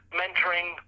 mentoring